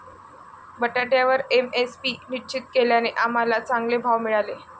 बटाट्यावर एम.एस.पी निश्चित केल्याने आम्हाला चांगले भाव मिळाले